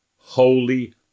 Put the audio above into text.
Holy